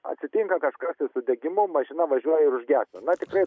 atsitinka kažkas ir su degimu mašina važiuoja ir užgęsta na tikrai